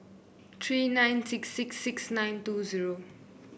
three nine six six six nine two zero